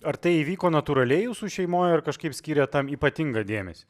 ar tai įvyko natūraliai jūsų šeimoj ar kažkaip skirėt tam ypatingą dėmesį